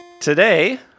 Today